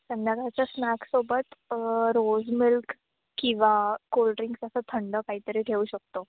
संध्याकाळच्या स्नॅक्स सोबत rose milk किंवा कोल्ड्रिंक्स असं थंड काही तरी घेऊ शकतो